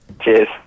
Cheers